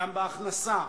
גם בהכנסה,